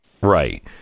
Right